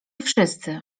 wszyscy